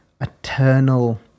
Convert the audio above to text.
eternal